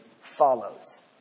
follows